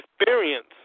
experience